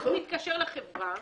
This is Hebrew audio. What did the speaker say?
כשהוא מתקשר לחברה,